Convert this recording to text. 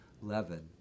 Levin